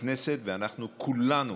הכנסת ואנחנו כולנו